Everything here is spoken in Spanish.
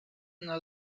uno